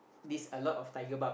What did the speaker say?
this a lot of tiger barb